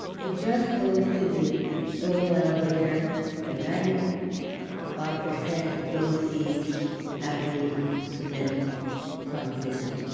he just goes to the grain elevator and ninety odd percent of those seeds have the genetic composition.